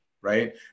right